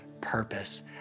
purpose